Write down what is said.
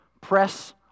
Press